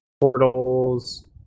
portals